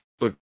look